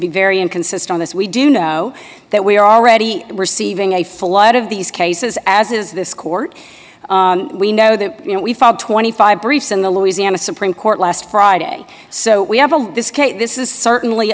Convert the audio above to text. be very inconsistent this we do know that we are already receiving a flood of these cases as is this court we know that you know we filed twenty five briefs in the louisiana supreme court last friday so we have a this case this is certainly